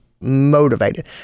motivated